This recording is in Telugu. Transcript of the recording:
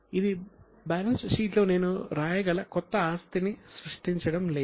ఇది బ్యాలెన్స్ షీట్లో నేను వ్రాయగల కొత్త ఆస్తిని సృష్టించడం లేదు